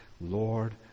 Lord